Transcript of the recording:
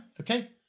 Okay